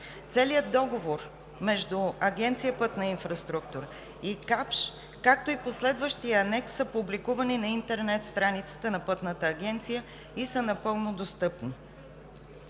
Целият договор между Агенция „Пътна инфраструктура“ и „Капш“, както и последващият анекс, са публикувани на интернет страницата на Пътната агенция и са напълно достъпни.